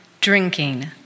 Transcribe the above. drinking